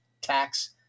tax